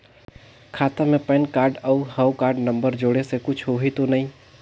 खाता मे PAN card और हव कारड नंबर जोड़े से कुछ होही तो नइ?